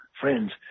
friends